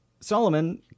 Solomon